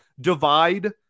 divide